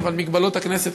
אבל מגבלות הכנסת,